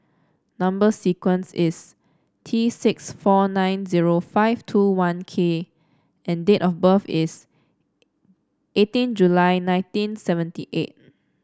number sequence is T six four nine zero five two one K and date of birth is eighteen July nineteen seventy eight